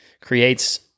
creates